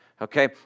Okay